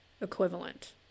equivalent